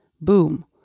boom